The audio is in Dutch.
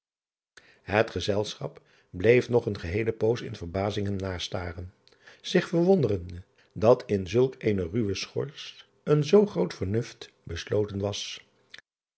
et gezelschap bleef nog een geheele poos in verbazing hem nastaren zich verwonderende dat in zulk eene ruwe schors een zoo groot vernuft besloten was